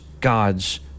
God's